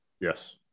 Yes